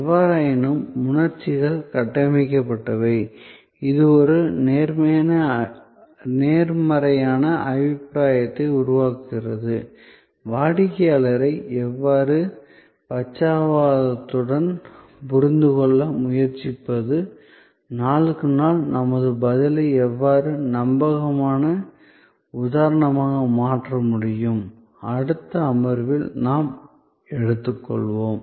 எவ்வாறாயினும் உணர்ச்சிகள் கட்டமைக்கப்பட்டவை இது ஒரு நேர்மறையான அபிப்ராயத்தை உருவாக்குகிறது வாடிக்கையாளரை எவ்வாறு பச்சாத்தாபத்துடன் புரிந்துகொள்ள முயற்சிப்பது நாளுக்கு நாள் நமது பதிலை எவ்வாறு நம்பகமான உதாரணமாக மாற்ற முடியும் அடுத்தடுத்த அமர்வுகளில் நாம் எடுத்துக்கொள்வோம்